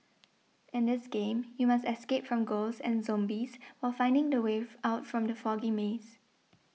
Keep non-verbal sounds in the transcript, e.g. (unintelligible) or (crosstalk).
in this game you must escape from ghosts and zombies while finding the way (unintelligible) out from the foggy maze